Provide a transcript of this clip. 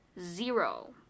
zero